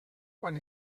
quan